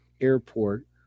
airport